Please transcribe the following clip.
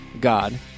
God